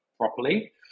properly